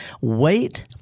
Wait